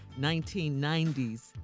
1990s